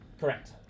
Correct